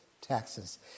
taxes